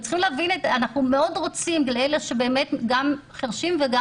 אנחנו מאוד רוצים לאלה שגם מתחרשים וגם